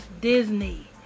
Disney